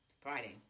Friday